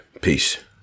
Peace